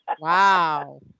Wow